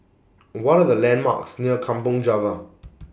What Are The landmarks near Kampong Java